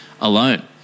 alone